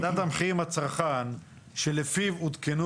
מדד המחירים לצרכן, שלפיו עודכנו